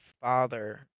father